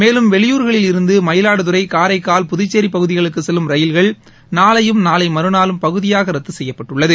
மேலும் வெளியூர்களில் இருந்து மயிலாடுதுறை காரைக்கால் புதச்சேரி பகுதிகளுக்கு செல்லும் ரயில்கள் நாளையும் நாளை மறுநாளும் பகுதியாக ரத்து செய்யப்பட்டுள்ளது